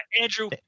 Andrew